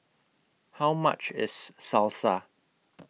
How much IS Salsa